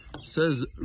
says